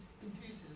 Computers